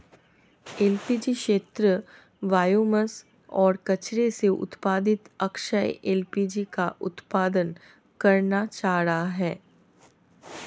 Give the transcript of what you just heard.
LPG क्षेत्र biomass और कचरे से उत्पादित अक्षय एल.पी.जी का उत्पादन करना चाह रहा है